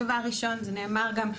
דבר ראשון זה נאמר גם,